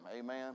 Amen